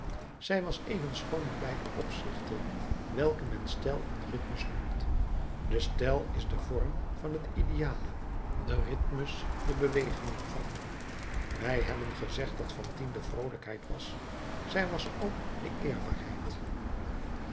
zij was even schoon in beide opzichten welke men stijl en rhythmus noemt de stijl is de vorm van het ideale de rhythmus de beweging er van wij hebben gezegd dat fantine de vroolijkheid was zij was ook de eerbaarheid